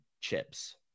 chips